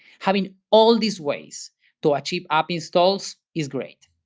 having all these ways to achieve app installs is great.